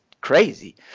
crazy